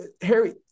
Harry